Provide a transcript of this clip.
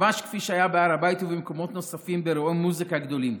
ממש כפי שהיה בהר הבית ובמקומות נוספים באירועי מוזיקה גדולים.